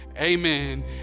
amen